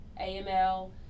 AML